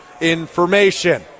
information